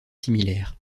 similaires